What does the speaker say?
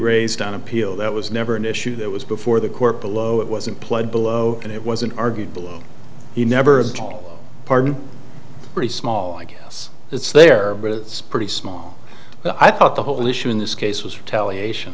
raised on appeal that was never an issue that was before the court below it was employed below and it wasn't argued but he never took part in pretty small i guess it's there but it's pretty small i thought the whole issue in this case was retaliation